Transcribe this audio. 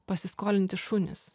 pasiskolinti šunys